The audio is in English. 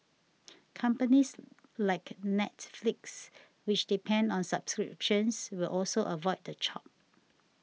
companies like Netflix which depend on subscriptions will also avoid the chop